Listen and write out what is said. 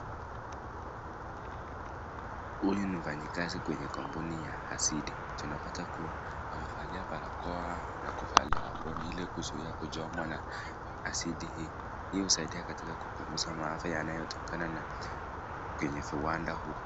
Huyu ni mfanyakazi kwenye kampuni ya hasidi tunapata kuwa amevalia barakoa na kuvalia aproni ili kuzuia kuchomwa na acid hii. Hii husaidia katika kupunguza maafa yanayotokana kwenye viwanda huu.